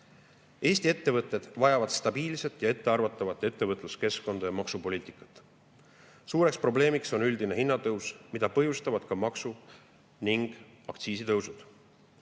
Eesti ettevõtted vajavad stabiilset ja ettearvatavat ettevõtluskeskkonda ja maksupoliitikat. Suureks probleemiks on üldine hinnatõus, mida põhjustavad ka maksu- ning aktsiisitõusud.